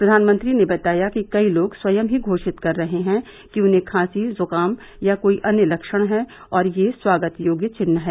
प्रधानमंत्री ने बताया कि कई लोग स्वयं ही घोषित कर रहे है कि उन्हें खांसी जुकाम या कोई अन्य लक्षण है और यह स्वागत योग्य चिन्ह है